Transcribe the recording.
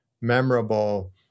memorable